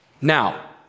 Now